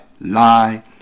lie